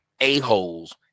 a-holes